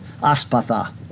Aspatha